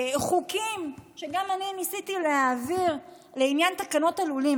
חוקים שגם אני ניסיתי להעביר לעניין תקנות הלולים,